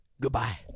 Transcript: goodbye